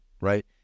right